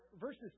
verses